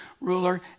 ruler